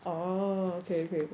oh okay okay okay